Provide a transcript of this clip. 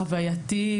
חווייתי,